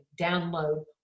download